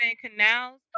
Canals